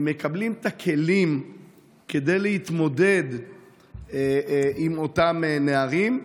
הם מקבלים את הכלים כדי להתמודד עם אותם נערים?